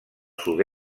sud